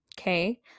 okay